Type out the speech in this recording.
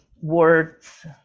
words